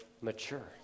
mature